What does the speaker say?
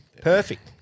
Perfect